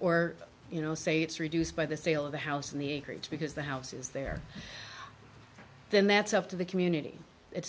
or you know say it's reduced by the sale of the house and the increase because the houses there then that's up to the community it's